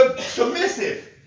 submissive